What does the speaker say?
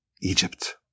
Egypt